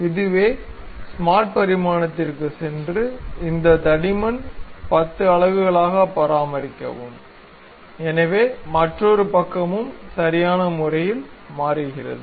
இப்போது ஸ்மார்ட் பரிமாணத்திற்குச் சென்று இந்த தடிமன் 10 அலகுகளாக பராமரிக்கவும் எனவே மற்றொரு பக்கமும் சரியான முறையில் மாறுகிறது